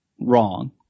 wrong